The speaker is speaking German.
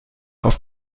auf